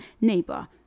neighbor